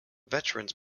veterans